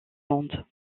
monde